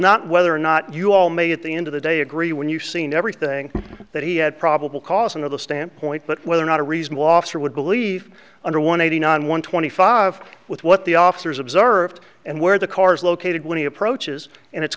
not whether or not you all may at the end of the day agree when you've seen everything that he had probable cause under the stand point but whether or not a reasonable officer would believe under one hundred twenty five with what the officers observed and where the car is located when he approaches and it's